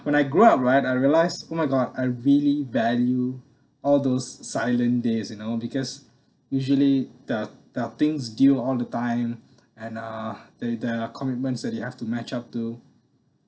when I grew up right I realise oh my god I really value all those silent days you know because usually the the things deal all the time and uh they the commitments that you have to match up to